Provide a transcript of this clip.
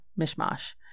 mishmash